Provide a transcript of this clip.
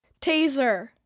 Taser